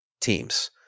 teams